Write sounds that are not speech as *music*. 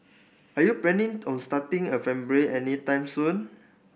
are you planning on starting a *unintelligible* anytime soon